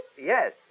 Yes